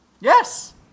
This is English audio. Yes